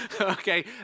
Okay